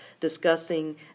discussing